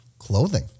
clothing